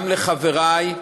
גם לחברי,